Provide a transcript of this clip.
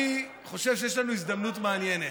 אני חושב שיש לנו הזדמנות מעניינת.